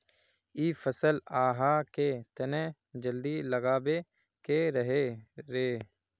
इ फसल आहाँ के तने जल्दी लागबे के रहे रे?